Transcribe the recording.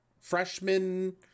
freshman